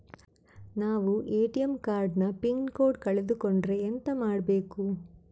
ನಾವು ATM card ನ pin code ಕಳೆದು ಕೊಂಡ್ರೆ ಎಂತ ಮಾಡ್ಬೇಕು?